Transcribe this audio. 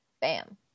bam